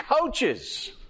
coaches